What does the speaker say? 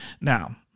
Now